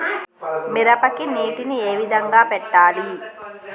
మిరపకి నీటిని ఏ విధంగా పెట్టాలి?